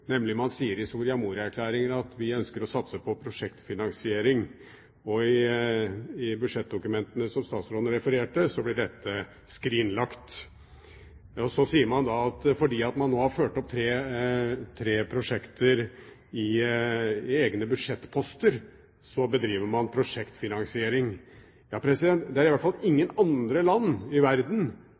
satse på prosjektfinansiering. Og i budsjettdokumentene som statsråden refererte til, ble dette skrinlagt. Så sier man at fordi man nå har ført opp tre prosjekter i egne budsjettposter, bedriver man prosjektfinansiering. Det er i hvert fall ingen andre land i verden